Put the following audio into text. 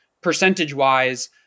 percentage-wise